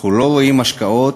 אנחנו לא רואים השקעות